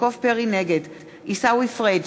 נגד עיסאווי פריג'